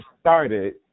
started